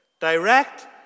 Direct